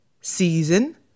season